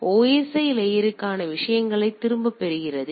இது OSI க்கான விஷயங்களைத் திரும்பப் பெறுகிறது